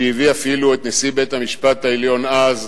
שהביא אפילו את נשיא בית-המשפט העליון אז,